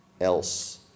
else